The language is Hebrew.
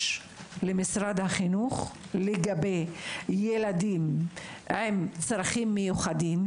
למשרד החינוך לגבי ילדים עם צרכים מיוחדים